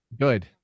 Good